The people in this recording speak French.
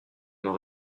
nos